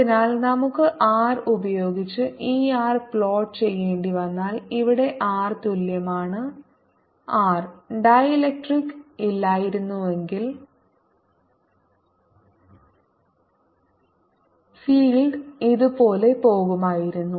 അതിനാൽ നമുക്ക് R ഉപയോഗിച്ച് E r പ്ലോട്ട് ചെയ്യേണ്ടിവന്നാൽ ഇവിടെ r തുല്യമാണ് r ഡീലക്ട്രിക് ഇല്ലായിരുന്നുവെങ്കിൽ ഫീൽഡ് ഇതുപോലെ പോകുമായിരുന്നു